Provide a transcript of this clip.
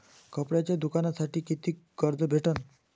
कापडाच्या दुकानासाठी कितीक कर्ज भेटन?